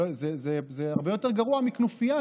זה הרבה יותר גרוע מכנופיה.